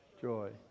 Joy